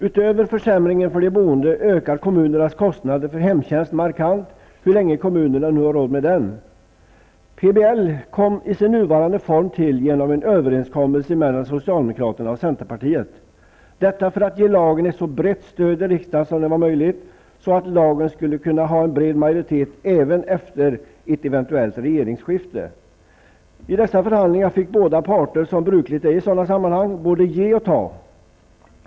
Utöver försämringen för de boende ökar kommunernas kostnader för hemtjänsten markant -- så länge kommunerna nu har råd med denna. PBL kom i sin nuvarande form till genom en överenskommelse mellan socialdemokraterna och center, detta för att ge lagen ett så brett stöd i riksdagen som då var möjligt, så att lagen skulle ha en bred majoritet även efter ett eventuellt regeringsskifte. I dessa förhandlingar fick båda parter, som brukligt är i sådana sammanhang, både ge och ta.